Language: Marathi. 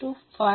तर ते XL आहे